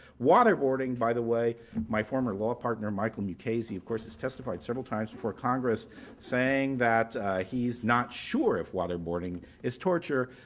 waterboarding, by the way my former law partner michael mukasey, of course, has testified several times before congress saying that he's not sure if waterboarding is torture.